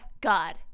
God